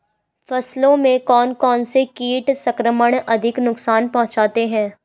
फसलों में कौन कौन से कीट संक्रमण अधिक नुकसान पहुंचाते हैं?